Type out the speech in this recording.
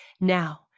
Now